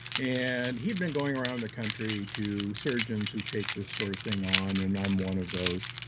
and he'd been going around the country to surgeons who take this sort of thing on, and i'm one of those.